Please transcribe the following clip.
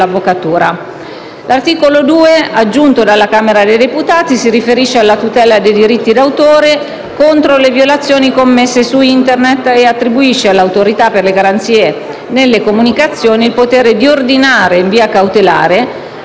L'articolo 2, aggiunto dalla Camera dei deputati, si riferisce alla tutela dei diritti d'autore contro le violazioni commesse su Internet e attribuisce all'Autorità per le garanzie nelle comunicazioni (Agcom) il potere di ordinare in via cautelare,